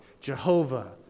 Jehovah